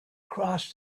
cross